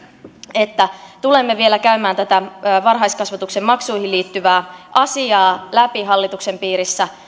että tulemme vielä käymään tätä varhaiskasvatuksen maksuihin liittyvää asiaa läpi hallituksen piirissä